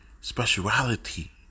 speciality